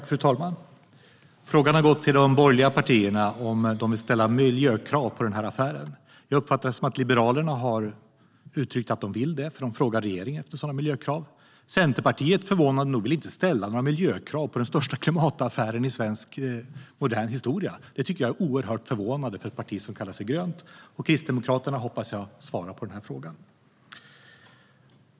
Fru talman! Frågan har gått till de borgerliga partierna, om de vill ställa miljökrav på affären. Jag uppfattar det som att Liberalerna har uttryckt att de vill det, eftersom de frågar regeringen om sådana miljökrav. Centerpartiet vill förvånande nog inte ställa några miljökrav på den största klimataffären i svensk modern historia. Det tycker jag är oerhört förvånande för ett parti som kallar sig grönt. Kristdemokraterna hoppas jag svarar på frågan.